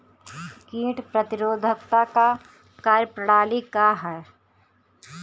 कीट प्रतिरोधकता क कार्य प्रणाली का ह?